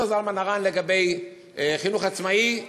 אומר זלמן ארן לגבי החינוך העצמאי,